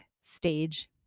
stage